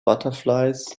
butterflies